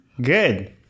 Good